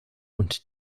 und